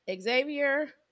Xavier